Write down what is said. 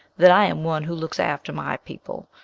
that i am one who looks after my people,